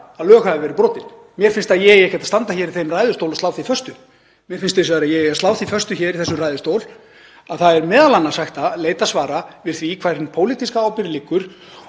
að lög hafi verið brotin. Mér finnst ekkert að ég eigi að standa hér í ræðustól og slá því föstu. Mér finnst hins vegar að ég eigi að slá því föstu hér í þessum ræðustól að það er m.a. hægt að leita svara við því hvar hin pólitíska ábyrgð liggur